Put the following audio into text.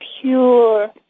pure